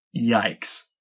Yikes